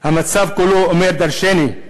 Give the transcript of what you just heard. המצב כולו אומר דורשני.